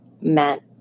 meant